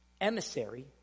emissary